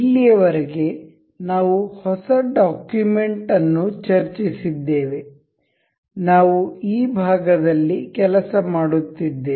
ಇಲ್ಲಿಯವರೆಗೆ ನಾವು ಹೊಸ ಡಾಕ್ಯುಮೆಂಟ್ ಅನ್ನು ಚರ್ಚಿಸಿದ್ದೇವೆ ನಾವು ಈ ಭಾಗದಲ್ಲಿ ಕೆಲಸ ಮಾಡುತ್ತಿದ್ದೇವೆ